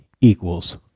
equals